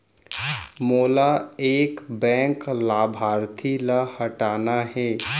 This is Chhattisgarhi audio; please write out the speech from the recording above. मोला एक बैंक लाभार्थी ल हटाना हे?